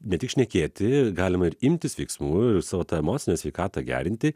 ne tik šnekėti galima ir imtis veiksmų ir savo tą emocinę sveikatą gerinti